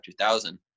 2000